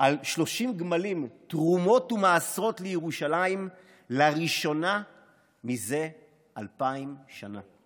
על 30 גמלים תרומות ומעשרות לירושלים לראשונה זה אלפיים שנה.